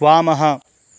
वामः